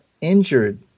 injured